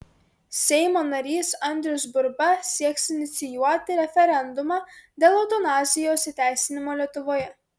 seimo narys andrius burba sieks inicijuoti referendumą dėl eutanazijos įteisinimo lietuvoje